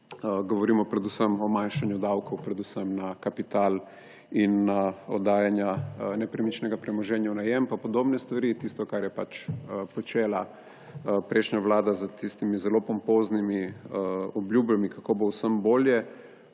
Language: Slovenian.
Govorimo o nižanju davkov predvsem na kapital in na oddajanje nepremičnega premoženja v najem in podobne stvari, tisto, kar je počela prejšnja vlada s tistimi zelo pompoznimi obljubami, kako bo vsem bolje.